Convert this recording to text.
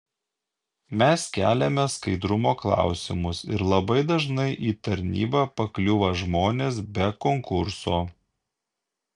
mes keliame skaidrumo klausimus ir labai dažnai į tarnybą pakliūvą žmonės be konkurso